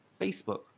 Facebook